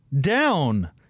down